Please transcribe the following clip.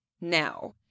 now